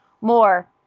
more